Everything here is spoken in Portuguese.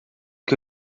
que